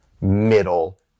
middle